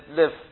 live